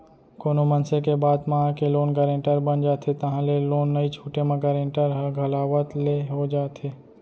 कोनो मनसे के बात म आके लोन गारेंटर बन जाथे ताहले लोन नइ छूटे म गारेंटर ह घलावत ले हो जाथे